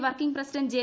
working president J